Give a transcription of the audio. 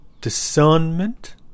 discernment